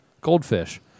goldfish